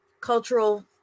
cultural